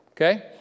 Okay